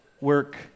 Work